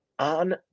on